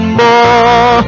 more